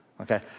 Okay